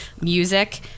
music